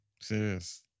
Serious